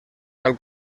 cal